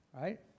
right